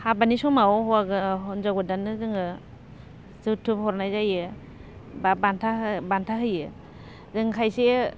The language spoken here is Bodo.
हाबानि समाव हिनजाव गोदाननो जोङो जोथोब हरनाय जायो बा बानथा होयो जों खायसे